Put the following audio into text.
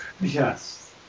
Yes